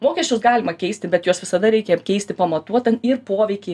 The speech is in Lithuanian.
mokesčius galima keisti bet juos visada reikia keisti pamatuota ir poveikį